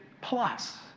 plus